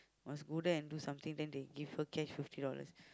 must go there and do something then they give her cash fifty dollars